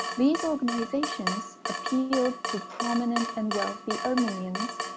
these organizations appealed to prominent and wealthy armenians,